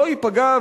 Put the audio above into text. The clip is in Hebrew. לא ייפגע,